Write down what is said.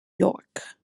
yorke